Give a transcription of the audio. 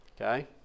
Okay